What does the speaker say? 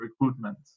recruitment